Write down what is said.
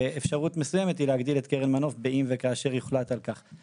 אפשרות מסוימת היא להגדיל את קרן מנוף אם וכאשר יוחלט על כך.